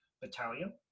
Battalion